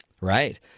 Right